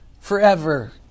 forever